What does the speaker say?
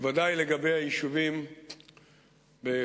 בוודאי לגבי היישובים בחבל-עזה,